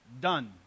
done